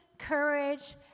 Courage